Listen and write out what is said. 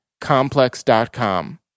Complex.com